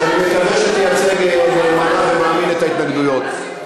שאני מקווה ומאמין שתייצג נאמנה את ההתנגדויות.